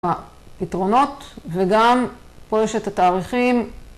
הפתרונות וגם פה יש את התאריכים